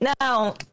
Now